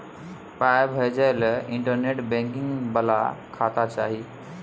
पाय भेजय लए इंटरनेट बैंकिंग बला खाता चाही